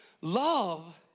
Love